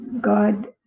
God